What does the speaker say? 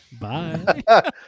Bye